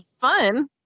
fun